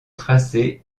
tracé